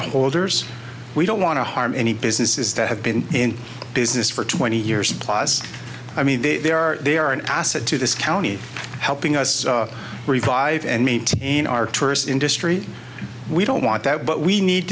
holders we don't want to harm any businesses that have been in business for twenty years plus i mean there are they are an asset to this county helping us revive and maintain our tourist industry we don't want that but we need